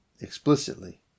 explicitly